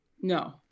No